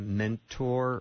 mentor